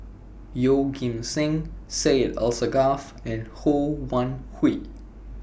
Yeoh Ghim Seng Syed Alsagoff and Ho Wan Hui